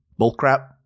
bullcrap